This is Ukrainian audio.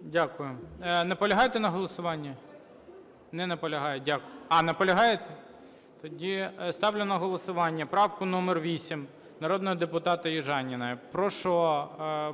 Дякую. Наполягаєте на голосуванні? Не наполягає. Дякую. А, наполягаєте? Тоді ставлю на голосування правку номер 8 народного депутата Южаніною. Прошу